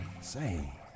Say